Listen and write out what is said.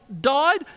died